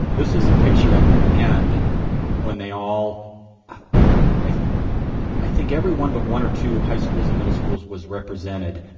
this was a picture at the end when they all i i think everyone but one or two high schools and middle schools was represented.